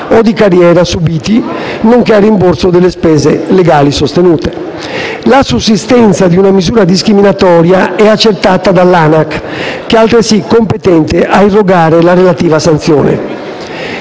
o di carriera subiti nonché al rimborso delle spese legali sostenute. La sussistenza di una misura discriminatoria è accertata dall'ANAC, che è altresì competente a irrogare la relativa sanzione.